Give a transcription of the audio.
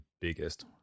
biggest